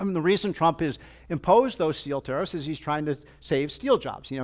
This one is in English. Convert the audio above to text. um the reason trump is impose those steel terrorists is he's trying to save steel jobs. you know